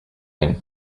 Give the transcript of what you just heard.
you